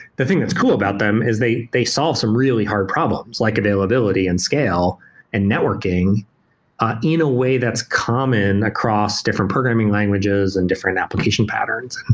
the thing that's cool about them is they they solve some really hard problems, like availability and scale and networking ah in a way that's common across different programming languages and different application patterns.